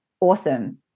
awesome